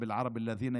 ערבים,